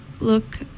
look